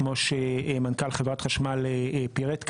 כמו שמנכ"ל חברת חשמל פירט כאן.